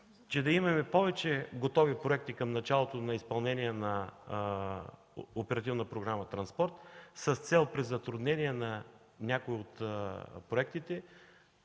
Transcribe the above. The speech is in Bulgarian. че да има повече готови проекти към началото на изпълнението на Оперативна програма „Транспорт” с цел при затруднения в някои от проектите